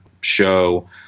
show